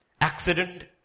accident